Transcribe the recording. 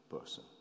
person